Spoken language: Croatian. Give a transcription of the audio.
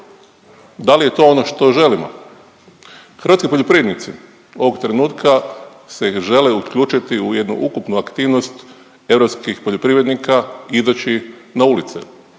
Da li je to ono što želimo? Hrvatski poljoprivrednici ovog trenutka se žele uključiti u jednu ukupnu aktivnost europskih poljoprivrednika izaći na ulice,